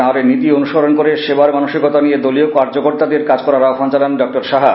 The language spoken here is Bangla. তাঁর নীতি অনুসরণ করে সেবার মানসিকতা নিয়ে দলীয় কার্যকর্তাদের কাজ করার আহবান জানান ডঃ সাহা